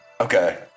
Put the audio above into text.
Okay